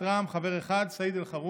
סיעת רע"מ, חבר אחד, סעיד אלחרומי.